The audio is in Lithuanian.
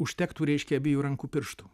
užtektų reiškia abiejų rankų pirštų